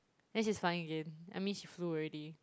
then she's flying again I mean she flew already